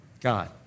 God